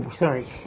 sorry